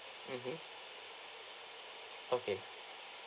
mmhmm okay